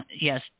yes